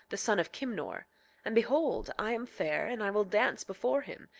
the son of kimnor and behold, i am fair, and i will dance before him,